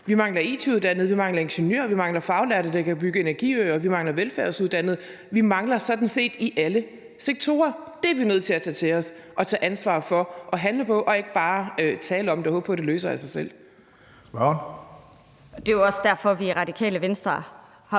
vi mangler it-uddannede, vi mangler ingeniører, vi mangler faglærte, der kan bygge energiøer, vi mangler velfærdsuddannede. Vi mangler sådan set medarbejdere i alle sektorer, og det er vi nødt til at tage til os og tage ansvar for og handle på og ikke bare tale om og håbe på, at det løser sig af sig selv.